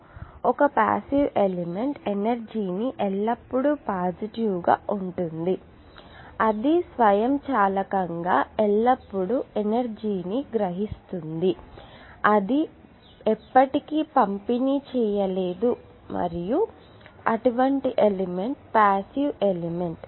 కాబట్టి ఒక passive element energy ఎల్లప్పుడూ పాజిటివ్ గా ఉంటుంది అది స్వయంచాలకంగా ఎల్లప్పుడూ ఎనర్జీ ని గ్రహిస్తుంది అని సూచిస్తుంది అది ఎప్పటికీ పంపిణీ చేయలేదు మరియు అటువంటి ఎలిమెంట్ పాసివ్ ఎలిమెంట్